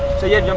to get